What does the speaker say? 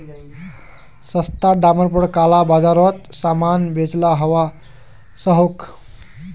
सस्ता डामर पोर काला बाजारोत सामान बेचाल जवा सकोह